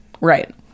right